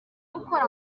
gukora